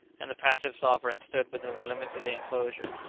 and the passive sovereign stood within the limits of the enclosure.